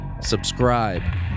subscribe